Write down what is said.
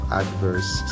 adverse